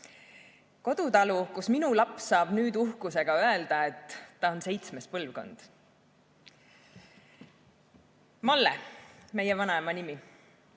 Kodutalu, kus minu laps saab nüüd uhkusega öelda, et ta on seitsmes põlvkond. Malle on meie vanema nimi.